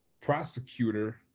prosecutor